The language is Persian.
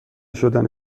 شدن